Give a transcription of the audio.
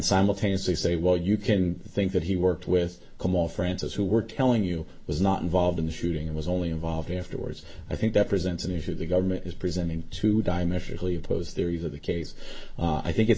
simultaneously say well you can think that he worked with him or francis who were telling you was not involved in the shooting and was only involved afterwards i think that presents an issue the government is presenting two diametrically opposed theories of the case i think it's